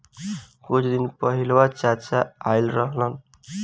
कुछ दिन पहिलवा चाचा आइल रहन